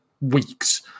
weeks